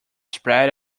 spread